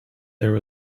there